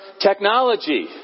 technology